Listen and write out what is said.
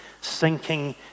sinking